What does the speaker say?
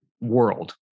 world